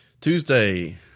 Tuesday